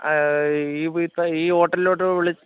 ഈ വീട്ടിൽ ഈ ഹോട്ടലിലോട്ട് വിളി